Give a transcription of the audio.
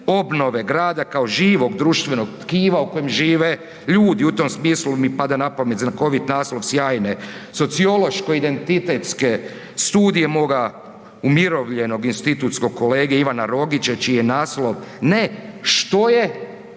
obnove grada kao živog društvenog tkiva u kojem žive ljudi, u tom smislu mi pada na pamet znakovit naslov sjajne sociološko-identitetske studije moga umirovljenog institutskog kolege Ivana Rogića čiji je naslov ne „što je